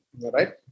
right